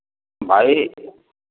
ଭାଇ